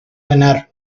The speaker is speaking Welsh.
wener